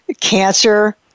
cancer